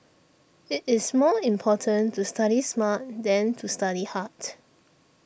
it is more important to study smart than to study hard